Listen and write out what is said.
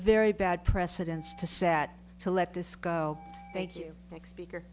very bad precedent to set to let this go thank you thank speaker